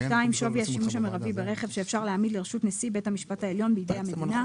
שווי השימוש המרבי ברכב שאפשר להעמיד לרשות רוב שרי הממשלה בידי המדינה,